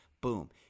Boom